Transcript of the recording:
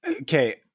Okay